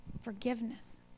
forgiveness